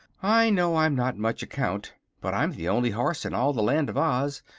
i know i'm not much account but i'm the only horse in all the land of oz,